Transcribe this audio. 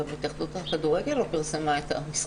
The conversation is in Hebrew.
גם ההתאחדות לכדורגל לא פרסמה את המשחק.